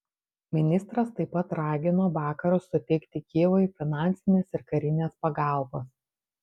ministras taip pat ragino vakarus suteikti kijevui finansinės ir karinės pagalbos